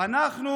הוספתי לך.